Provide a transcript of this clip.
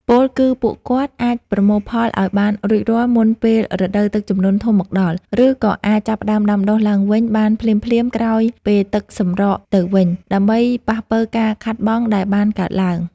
ពោលគឺពួកគាត់អាចប្រមូលផលឱ្យបានរួចរាល់មុនពេលរដូវទឹកជំនន់ធំមកដល់ ឬក៏អាចចាប់ផ្តើមដាំដុះឡើងវិញបានភ្លាមៗក្រោយពេលទឹកសម្រកទៅវិញ ដើម្បីប៉ះប៉ូវការខាតបង់ដែលបានកើតឡើង។